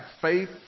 faith